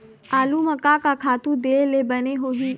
आलू म का का खातू दे ले बने होही?